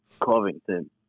Covington